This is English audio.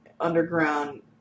underground